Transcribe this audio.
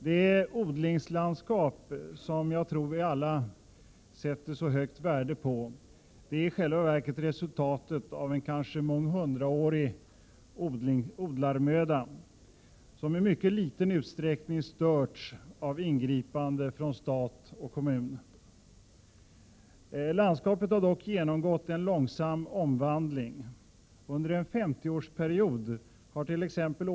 Det odlingslandskap som jag tror vi alla sätter så högt värde på är i själva verket resultatet av kanske månghundraårig odlarmöda, som i mycket liten utsträckning störts av ingripande från stat eller kommun. Landskapet har dock genomgått en långsam omvandling. Under en femtioårsperiod hart.ex.